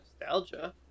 Nostalgia